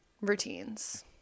Routines